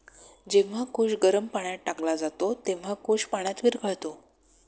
जेव्हा कोश गरम पाण्यात टाकला जातो, तेव्हा कोश पाण्यात विरघळतो